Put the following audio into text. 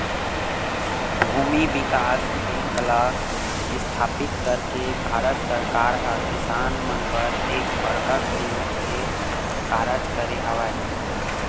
भूमि बिकास बेंक ल इस्थापित करके भारत सरकार ह किसान मन बर एक बड़का सहयोग के कारज करे हवय